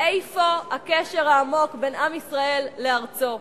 איפה הקשר העמוק בין עם ישראל לארצו.